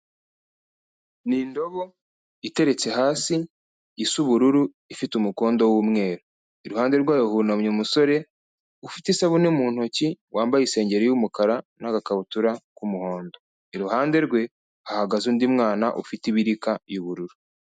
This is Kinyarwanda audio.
Ni indobo iteretse hasi isa ubururu ifite umukondo w'umweru, iruhande rwayo hunamye umusore ufite isabune mu ntoki wambaye isengeri y'umukara n'agakabutura k'umuhondo, iruhande rwe hahagaze undi mwana ufite ibirika y'ubururu.